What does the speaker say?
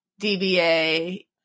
DBA